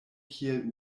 kiel